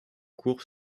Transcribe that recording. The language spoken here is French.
cours